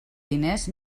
diners